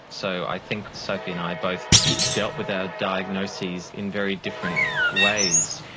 so i think sophie and i both dealt with our diagnoses in very different ways.